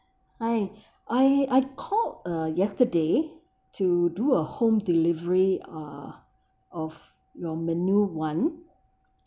hi I I called uh yesterday to do a home delivery uh of your menu [one]